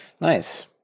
Nice